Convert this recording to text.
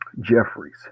Jeffries